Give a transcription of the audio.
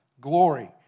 glory